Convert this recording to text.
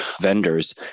vendors